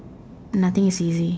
nothing is easy